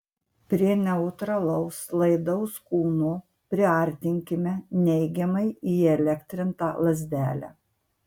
prie neutralaus laidaus kūno priartinkime neigiamai įelektrintą lazdelę